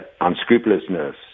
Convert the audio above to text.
unscrupulousness